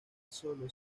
sólo